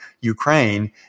Ukraine